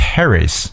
Paris